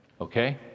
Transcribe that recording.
Okay